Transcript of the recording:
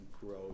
grow